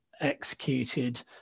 executed